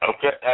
Okay